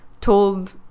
told